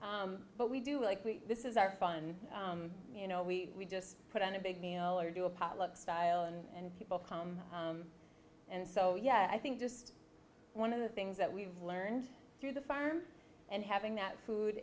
but we do like we this is our fun and you know we just put on a big meal or do a potluck style and people come and so yeah i think just one of the things that we've learned through the fire and having that food